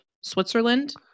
Switzerland